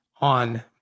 on